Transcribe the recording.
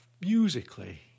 Musically